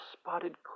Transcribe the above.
spotted